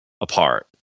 apart